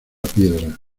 piedra